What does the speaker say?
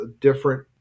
different